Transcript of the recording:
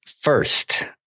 First